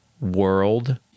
world